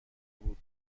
بود